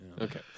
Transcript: Okay